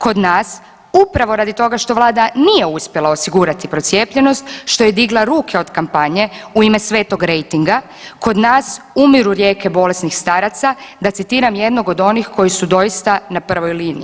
Kod nas upravo radi toga što vlada nije uspjela osigurati procijepljenost, što je digla ruke od kampanje u ime svetog rejtinga kod nas umiru rijeke bolesnih staraca da citiram jednog od onih koji su doista na prvoj liniji.